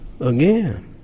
again